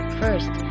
first